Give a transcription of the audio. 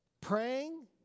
Praying